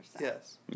Yes